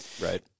Right